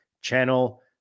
channel